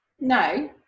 no